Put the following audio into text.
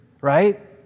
right